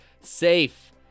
safe